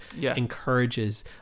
encourages